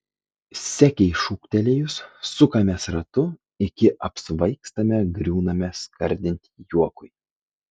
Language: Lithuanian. sekei šūktelėjus sukamės ratu iki apsvaigstame griūname skardint juokui